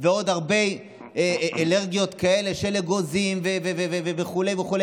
ועוד הרבה אלרגיות כאלה של אגוזים וכו' וכו',